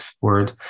word